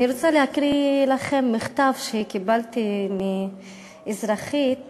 אני רוצה להקריא לכם מכתב שקיבלתי מאזרחית יהודית,